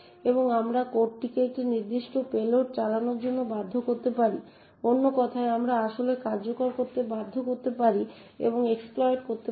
এবং আমরা কোডটিকে একটি নির্দিষ্ট পেলোড চালানোর জন্য বাধ্য করতে পারি অন্য কথায় আমরা আসলে কার্যকর করতে বাধ্য করতে পারি এবং এক্সপ্লইটস করতে পারি